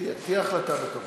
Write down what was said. תהיה החלטה בקרוב.